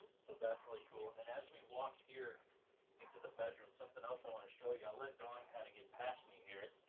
so that's really cool. and then as we walk here into the bedroom something else i wanna show you i'll let dawn kind of get past me here.